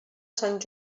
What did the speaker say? sant